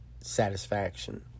satisfaction